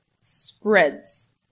spreads